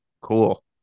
cool